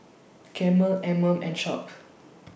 Camel Anmum and Sharp